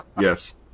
Yes